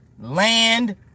land